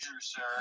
sir